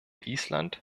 island